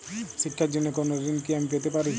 শিক্ষার জন্য কোনো ঋণ কি আমি পেতে পারি?